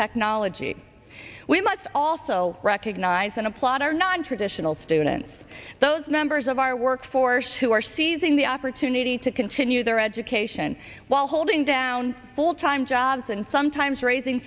technology we must also recognize and applaud our nontraditional students those members of our workforce who are seizing the opportunity to continue their education while holding down full time jobs and sometimes raising